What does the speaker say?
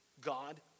God